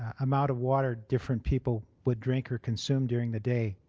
ah amount of water different people would drink or consume during the day.